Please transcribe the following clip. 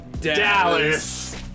Dallas